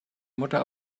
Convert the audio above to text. mutter